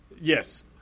Yes